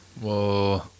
Whoa